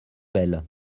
belle